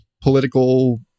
political